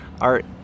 art